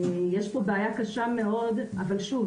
יש פה בעיה קשה מאוד אבל שוב,